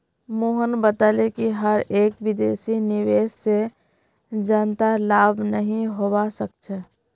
मोहन बताले कि हर एक विदेशी निवेश से जनतार लाभ नहीं होवा सक्छे